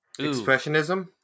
Expressionism